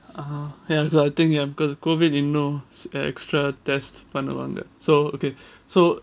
ah ya the thing ya because of COVID you no extra test பண்ணுவாங்க:pannuvanga so okay so